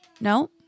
No